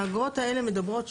האגרות האלה מדברות,